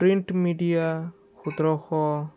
print media সোতৰশ